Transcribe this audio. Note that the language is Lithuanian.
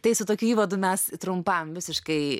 tai su tokiu įvadu mes trumpam visiškai